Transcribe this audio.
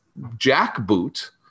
jackboot